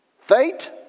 Fate